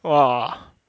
!wah!